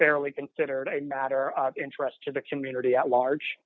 fairly considered a matter of interest to the community at large